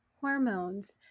hormones